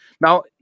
Now